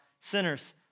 sinners